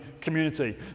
community